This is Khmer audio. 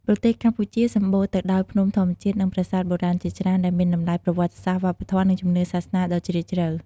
ប្រទេសកម្ពុជាសម្បូរទៅដោយភ្នំធម្មជាតិ និងប្រាសាទបុរាណជាច្រើន ដែលមានតម្លៃប្រវត្តិសាស្ត្រ វប្បធម៌ និងជំនឿសាសនាដ៏ជ្រាលជ្រៅ។